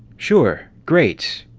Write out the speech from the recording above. sure, great.